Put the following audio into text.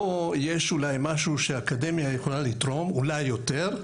פה יש אולי משהו שהאקדמיה יכולה לתרום אולי יותר.